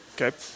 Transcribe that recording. Okay